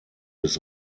des